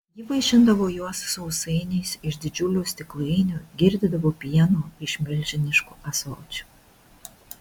ji vaišindavo juos sausainiais iš didžiulių stiklainių girdydavo pienu iš milžiniškų ąsočių